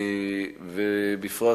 ובפרט,